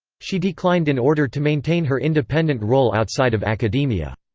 she declined in order to maintain her independent role outside of academia.